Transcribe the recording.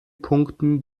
punkten